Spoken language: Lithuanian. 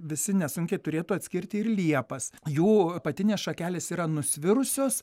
visi nesunkiai turėtų atskirti ir liepas jų apatinės šakelės yra nusvirusios